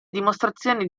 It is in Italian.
dimostrazioni